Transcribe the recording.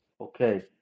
okay